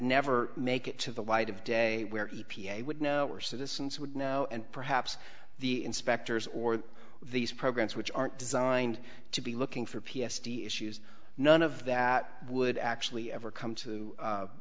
never make it to the light of day where d p a would know our citizens would know and perhaps the inspectors or these programs which aren't designed to be looking for p s t issues none of that would actually ever come to